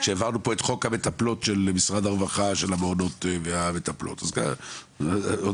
כשהעברנו פה את חוק המעונות והמטפלות של משרד הרווחה,